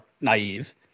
naive